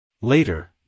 Later